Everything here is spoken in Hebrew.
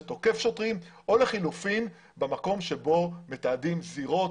תוקף שוטרים או לחילופין במקום שבו מתעדים זירות,